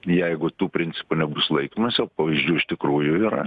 jeigu tų principų nebus laikomasio pavyzdžių iš tikrųjų yra